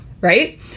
Right